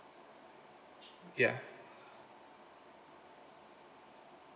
ya